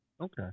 Okay